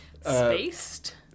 Spaced